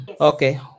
Okay